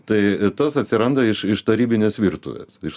tai tas atsiranda iš iš tarybinės virtuvės iš